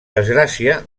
desgràcia